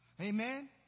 Amen